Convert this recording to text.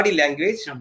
language